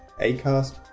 Acast